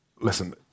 listen